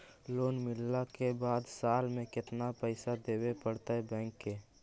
Loan मिलला के बाद साल में केतना पैसा देबे पड़तै बैक के?